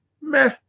meh